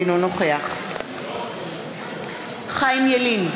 אינו נוכח חיים ילין,